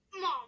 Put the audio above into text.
Mom